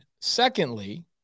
Secondly